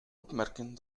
opmerken